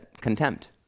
contempt